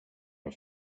her